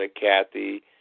Kathy